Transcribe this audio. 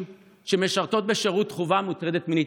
שמשרתות בשירות חובה מוטרדת מינית.